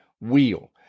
wheel